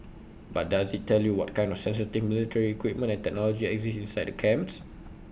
but does IT tell you what kind of sensitive military equipment and technology exist inside the camps